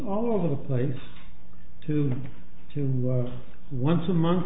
all over the place to to once a month